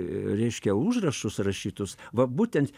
reiškia užrašus rašytus va būtent